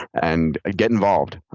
and get involved.